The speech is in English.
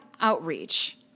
outreach